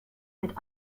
mit